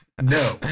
No